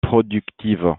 productive